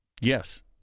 Yes